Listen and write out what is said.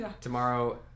Tomorrow